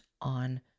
on